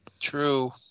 True